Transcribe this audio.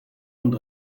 und